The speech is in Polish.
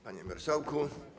Panie Marszałku!